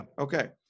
Okay